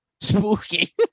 Spooky